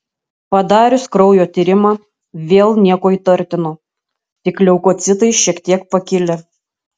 padarius kraujo tyrimą vėl nieko įtartino tik leukocitai šiek tiek pakilę